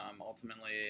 ultimately